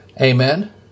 Amen